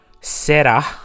Sarah